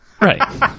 Right